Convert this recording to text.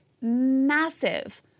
massive